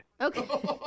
Okay